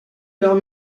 leurs